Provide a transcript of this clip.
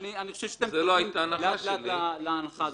אני חושב שאתם צועדים לאט לאט להנחה הזאת,